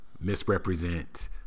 misrepresent